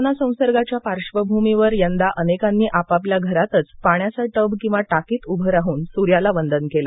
corona संसर्गाच्या पार्श्वभूमीवर यंदा अनेकांनी आपल्या घरातच पाण्याचा टब किंवा टाकीत उभे राहून सूर्याला वंदन केलं